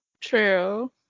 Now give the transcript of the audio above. True